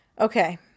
Okay